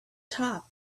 top